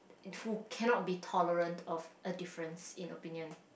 who cannot be tolerant of a difference in opinion